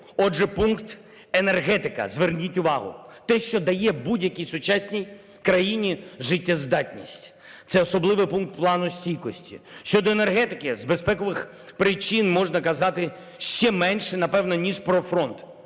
Отже, пункт "Енергетика", зверніть увагу. Те, що дає будь-якій сучасній країні життєздатність. Це особливий пункт Плану стійкості. Щодо енергетики з безпекових причин можна казати ще менше, напевно, ніж про фронт.